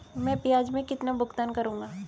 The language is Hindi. मैं ब्याज में कितना भुगतान करूंगा?